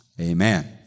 amen